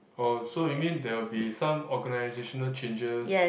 oh so you mean there will be some organisational changes